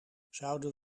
zouden